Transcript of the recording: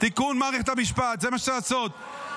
תיקון מערכת המשפט, זה מה שצריך לעשות.